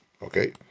okay